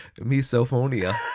Misophonia